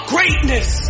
Greatness